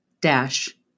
dash